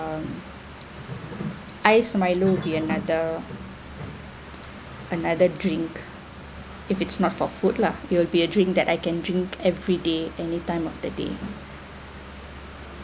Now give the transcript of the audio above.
um ice milo be another another drink if it's not for food lah it will be a drink that I can drink every day anytime of the day